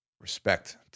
respect